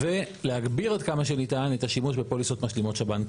ולהגביר עד כמה שניתן את השימוש בפוליסות משלימות שב"ן.